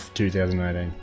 2018